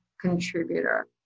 contributor